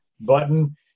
button